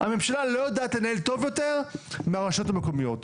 הממשלה לא יודעת לנהל טוב יותר מהרשויות המקומיות.